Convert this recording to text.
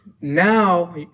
now